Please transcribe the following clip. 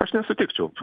aš nesutikčiau